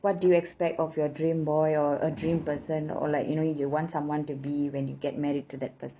what do you expect of your dream boy or a dream person or like you know you want someone to be when you get married to that person